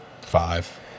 five